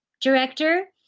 director